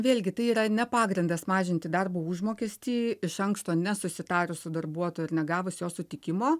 vėlgi tai yra ne pagrindas mažinti darbo užmokestį iš anksto nesusitarus su darbuotoju ir negavus jo sutikimo